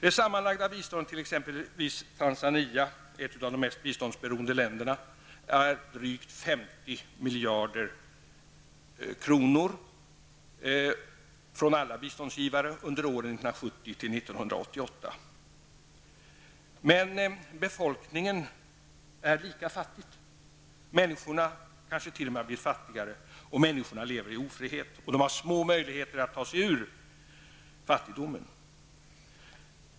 Det sammanlagda biståndet till ett av de mest biståndsberoende länderna, Tanzania, var drygt 50 miljarder kronor från samtliga biståndsgivare under åren 1970--1988. Men befolkningen är fortfarande lika fattig. Människorna har kanske t.o.m. blivit fattigare och de lever i ofrihet. De har små möjligheter att ta sig ur fattigdomen.